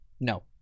No